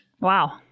Wow